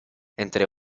entre